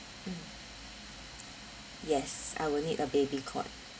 mm yes I will need a baby cot